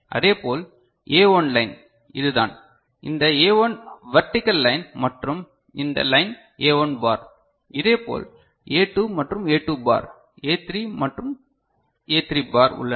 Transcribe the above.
இதேபோல் A1 line இதுதான் இந்த A1 வெர்டிகள் லைன் மற்றும் இந்த லைன் A1 பார் இதேபோல் A2 மற்றும் A 2 பார் A3 மற்றும் A3 பார் உள்ளன